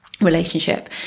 relationship